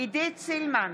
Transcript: עידית סילמן,